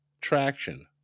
traction